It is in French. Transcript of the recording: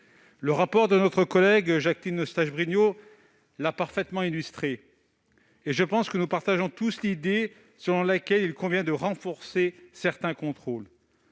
Le rapport de notre collègue Jacqueline Eustache-Brinio l'a parfaitement illustrée, et je pense que nous partageons tous l'idée selon laquelle il convient de renforcer certains contrôles.